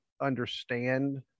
understand